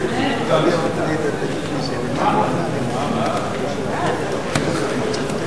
ההצעה לכלול את הנושא בסדר-היום של הכנסת נתקבלה.